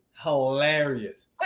hilarious